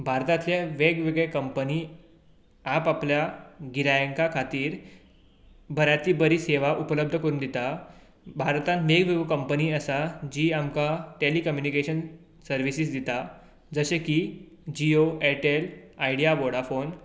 भारताचे वेग वेगळे कंपनी आप आपल्या गिरायकां खातीर बऱ्यांतली बरी सेवा उपल्बध्द करून दिता भारतांत कंपनी आसा जी आमकां टॅली कम्यूनिकेशन सर्विसीस दिता जशें की जियो एर्टेल आयडिया वोडाफोन